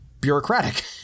bureaucratic